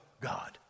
God